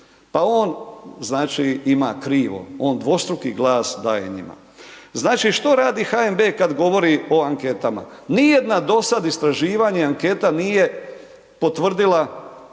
znači ima krivo, on dvostruki glas daje njima. Znači što radi HNB kad govori o anketama? Ni jedna do sada istraživanja anketa nije potvrdila